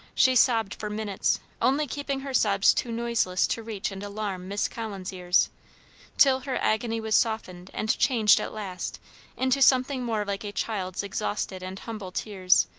she sobbed for minutes, only keeping her sobs too noiseless to reach and alarm miss collins' ears till her agony was softened and changed at last into something more like a child's exhausted and humble tears,